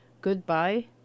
goodbye